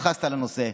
התייחסת לנושא,